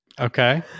Okay